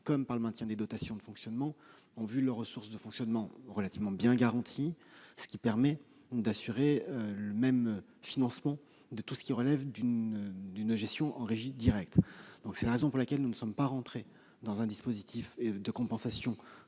que par le maintien des dotations de fonctionnement, ont vu leurs ressources de fonctionnement relativement bien préservées. Cela permet d'assurer le même niveau de financement pour tout ce qui relève d'une gestion en régie directe. C'est la raison pour laquelle nous ne sommes pas entrés dans un dispositif de compensation,